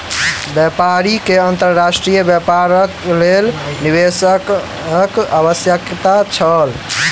व्यापारी के अंतर्राष्ट्रीय व्यापारक लेल निवेशकक आवश्यकता छल